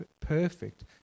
perfect